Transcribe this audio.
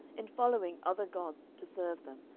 in following other gods to serve them,